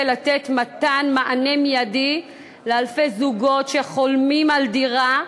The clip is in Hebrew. לתת מתן מענה מיידי לאלפי זוגות שחולמים על דירה,